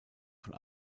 von